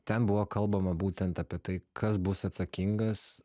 ten buvo kalbama būtent apie tai kas bus atsakingas